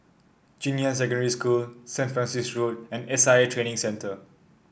Junyuan Secondary School Saint Francis Road and S I A Training Centre